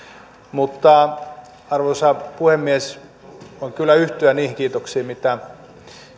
mutta arvoisa puhemies voin kyllä yhtyä niihin kiitoksiin mitä